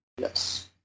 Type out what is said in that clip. Yes